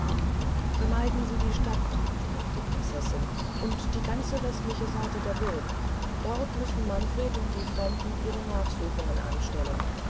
vermeiden sie die stadt sprach die prinzessin und die ganze westliche seite der burg dort müssen manfred und die fremden ihre nachsuchungen anstellen